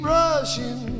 rushing